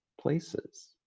places